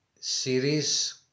series